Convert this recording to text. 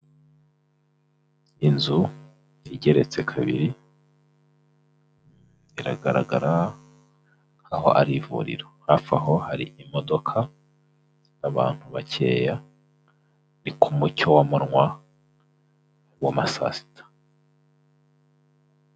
Inzu igeretse kabiri iragaragara aho ari ivuriro, hafi aho hari imodoka n'abantu bakeya, ni ku mucyo w'amanywa w'amasaa sita.